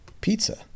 pizza